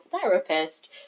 therapist